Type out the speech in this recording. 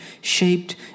shaped